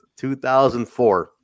2004